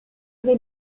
tre